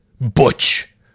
Butch